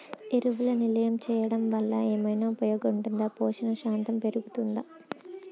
ఎరువులను నిల్వ చేయడం వల్ల ఏమైనా ఉపయోగం ఉంటుందా పోషణ శాతం పెరుగుతదా?